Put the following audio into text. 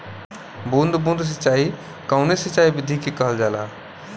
बूंद बूंद सिंचाई कवने सिंचाई विधि के कहल जाला?